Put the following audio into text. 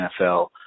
NFL